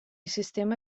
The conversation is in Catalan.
sistema